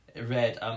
red